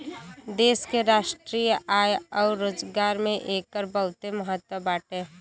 देश के राष्ट्रीय आय अउर रोजगार में एकर बहुते महत्व बाटे